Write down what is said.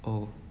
oh